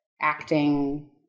acting